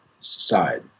side